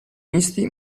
misti